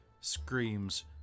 screams